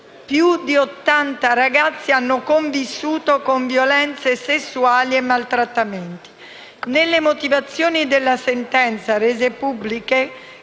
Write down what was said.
più di ottanta ragazzi hanno convissuto con violenze sessuali e maltrattamenti. Nelle motivazioni della sentenza, rese pubbliche